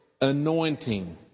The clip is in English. anointing